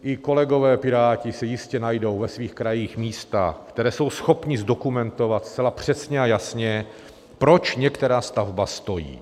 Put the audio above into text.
I kolegové Piráti si jistě najdou ve svých krajích místa, která jsou schopni zdokumentovat zcela přesně a jasně, proč některá stavba stojí.